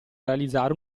realizzare